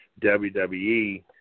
WWE